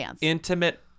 intimate